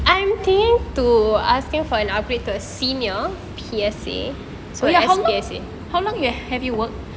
oh ya how long how long you have you work